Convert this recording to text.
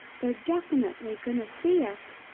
they're definitely going to see us.